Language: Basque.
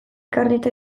karneta